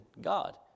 God